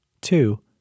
Two